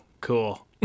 cool